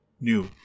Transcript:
new